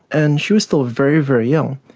and she was still very, very young.